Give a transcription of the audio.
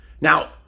Now